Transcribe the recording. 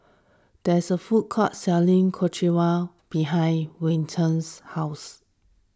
there is a food court selling Ochazuke behind Wenzel's house